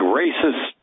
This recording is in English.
racist